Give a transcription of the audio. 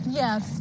yes